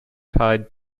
tied